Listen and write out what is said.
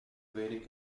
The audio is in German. wenig